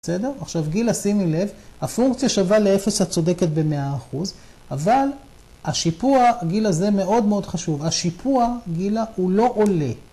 בסדר? עכשיו גילה, שימי לב, הפונקציה שווה לאפס הצודקת ב-100%, אבל השיפוע, גילה זה מאוד מאוד חשוב, השיפוע, גילה, הוא לא עולה.